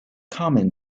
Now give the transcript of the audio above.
common